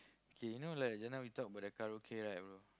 K you know like just now we talk about the karaoke right